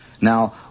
Now